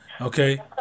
Okay